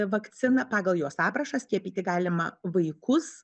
vakcina pagal jos aprašą skiepyti galima vaikus